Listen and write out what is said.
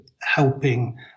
helping